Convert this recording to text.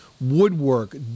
woodwork